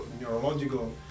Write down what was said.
neurological